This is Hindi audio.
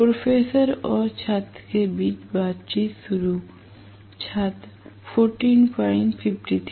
प्रोफेसर और छात्र के बीच बातचीत शुरू होती है